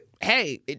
hey